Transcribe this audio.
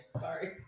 Sorry